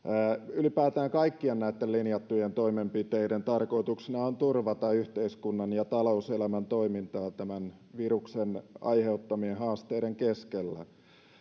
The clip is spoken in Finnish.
ylipäätään kaikkien näitten linjattujen toimenpiteiden tarkoituksena on turvata yhteiskunnan ja talouselämän toimintaa tämän viruksen aiheuttamien haasteiden keskellä